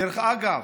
דרך אגב,